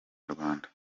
inyarwanda